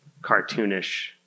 cartoonish